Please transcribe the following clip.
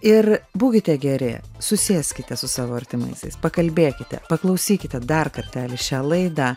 ir būkite geri susėskite su savo artimaisiais pakalbėkite paklausykite dar kartelį šią laidą